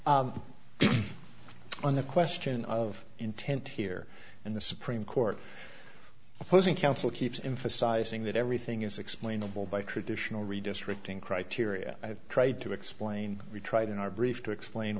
right on the question of intent here in the supreme court opposing counsel keeps emphasizing that everything is explainable by traditional redistricting criteria i've tried to explain we tried in our brief to explain